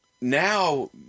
now